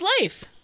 life